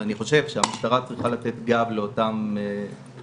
אני חושב שהמשטרה צריכה לתת גם לאותן יועצות,